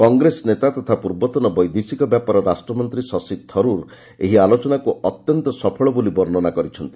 କଂଗ୍ରେସ ନେତା ତଥା ପୂର୍ବତନ ବୈଦେଶିକ ବ୍ୟାପାର ରାଷ୍ଟ୍ରମନ୍ତ୍ରୀ ଶଶି ଥରୁର୍ ଏହି ଆଲୋଚନାକୁ ଅତ୍ୟନ୍ତ ସଫଳ ବୋଲି ବର୍ଷନା କରିଛନ୍ତି